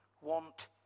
want